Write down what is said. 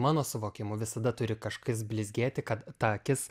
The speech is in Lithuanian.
mano suvokimu visada turi kažkas blizgėti kad ta akis